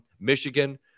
Michigan